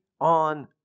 on